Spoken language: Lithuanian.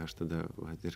aš tada vat ir